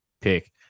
pick